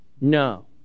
no